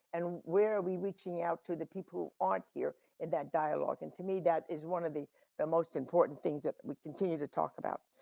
and where are we reaching out to the people who aren't here and that dialogue and to me that is one of the the most important things that we continue to talk about.